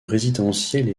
résidentielle